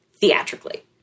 theatrically